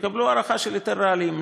תקבלו הארכה של היתר רעלים.